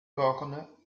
borne